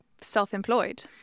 self-employed